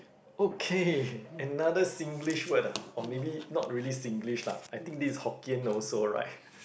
okay another Singlish word ah or maybe not really Singlish lah I think this Hokkien also right